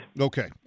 Okay